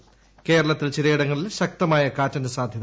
ന് കേരളത്തിൽ ചിലയിടങ്ങളിൽ ശക്തമായ കാറ്റിന് സാധ്യത